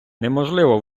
неможливо